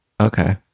Okay